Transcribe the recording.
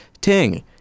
Ting